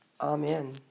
Amen